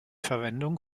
verwendung